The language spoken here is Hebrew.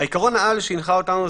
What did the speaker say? עקרון העל שהנחה אותנו,